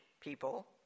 people